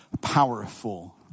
powerful